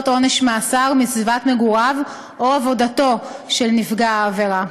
עונש מאסר מסביבת מגוריו או עבודתו של נפגע העבירה.